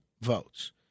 votes